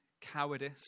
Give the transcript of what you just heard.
cowardice